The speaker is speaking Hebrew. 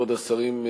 כבוד השרים,